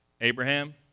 Abraham